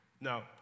Now